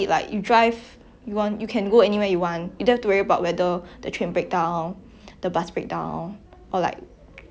or like okay traffic jam everybody also got share a bit lah but the thing is that I feel like ya money buys time lor